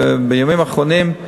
בימים האחרונים: